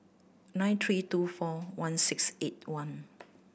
nine three two four one six eight one